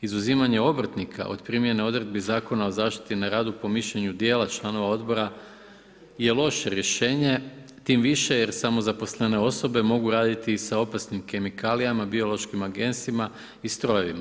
Izuzimanje obrtnika od primjene odredbi Zakona o zaštiti na radu, po mišljenju dijela članova Odbora je loše rješenje tim više jer samozaposlene osobe mogu raditi i sa opasnim kemikalijama, biološkim agensima i strojevima.